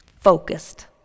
Focused